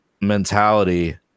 mentality